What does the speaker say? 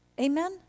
Amen